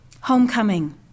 Homecoming